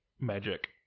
magic